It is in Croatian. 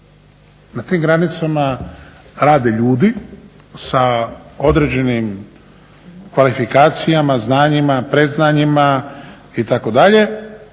Na tim granicama rade ljudi sa određenim kvalifikacijima, znanjima, predznanjima itd..